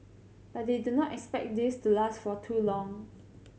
but they do not expect this to last for too long